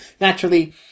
Naturally